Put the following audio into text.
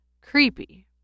Creepy